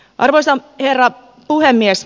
arvoisa herra puhemies